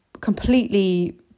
completely